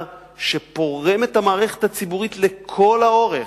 שפורם את המערכת הציבורית לכל האורך,